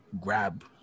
grab